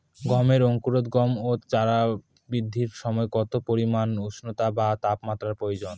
গমের অঙ্কুরোদগম ও চারা বৃদ্ধির সময় কত পরিমান উষ্ণতা বা তাপমাত্রা প্রয়োজন?